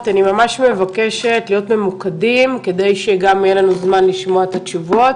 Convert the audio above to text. אני ממש מבקשת להיות ממוקדים כדי שגם יהיה לנו זמן לשמוע את התשובות,